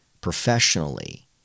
professionally